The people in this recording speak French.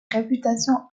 réputation